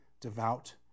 devout